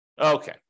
Okay